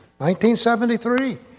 1973